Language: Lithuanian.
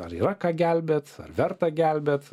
ar yra ką gelbėt ar verta gelbėt